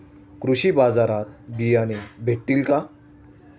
कृषी बाजारात बियाणे भेटतील का?